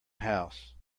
house